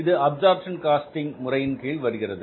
அது absorption casting முறையின் கீழ் இருக்கிறது